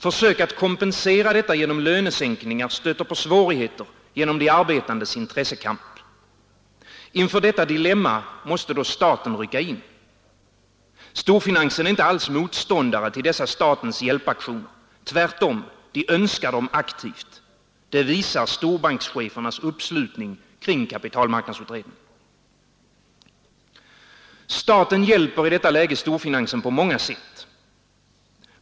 Försök att kompensera detta genom lönesänkningar stöter på svårigheter genom de arbetandes intressekamp. Inför detta dilemma måste staten rycka in. Storfinansen är inte alls motståndare till dessa statens hjälpaktioner, tvärtom, den önskar dem aktivt — det visar storbankschefernas uppslutning kring kapitalmarknadsutredningen. Staten hjälper i detta läge storfinansen på många sätt.